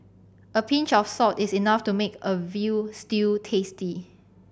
a pinch of salt is enough to make a veal stew tasty